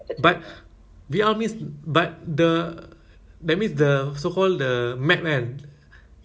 but what you see in the V_R is live or not or just like a map a virtual map